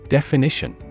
Definition